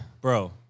Bro